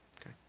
Okay